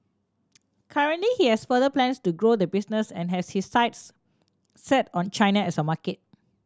currently he has further plans to grow the business and has his sights set on China as a market